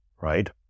right